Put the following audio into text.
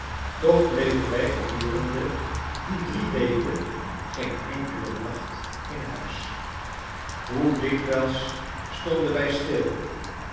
toch bleven wij gedurende die drie weken geen enkelen nacht in huis hoe dikwijls stonden wij stil